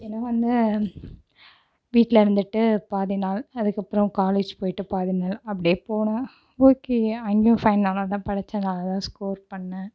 என்ன ஒன்று வீட்டில் இருந்துட்டு பாதிநாள் அதுக்கப்புறம் காலேஜ் போயிட்டு பாதிநாள் அப்படியே போனோம் ஓகே அங்கேயும் ஃபைன் நல்லாதான் படித்தேன் நல்லாதான் ஸ்கோர் பண்ணேன்